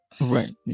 Right